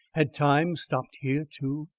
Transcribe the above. had time stopped here too?